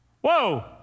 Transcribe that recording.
Whoa